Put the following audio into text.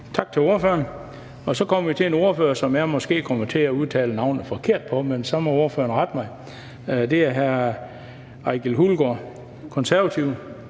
Tak til ordføreren. Så kommer vi til en ordfører, hvis navn jeg måske kommer til at udtale forkert, men så må ordføreren rette mig. Hr. Ejgil Hulgaard, Konservative.